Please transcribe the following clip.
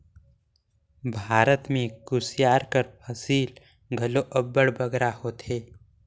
भारत में कुसियार कर फसिल घलो अब्बड़ बगरा होथे